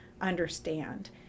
understand